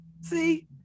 See